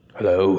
Hello